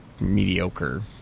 mediocre